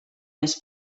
més